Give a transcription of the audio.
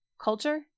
Culture